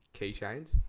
Keychains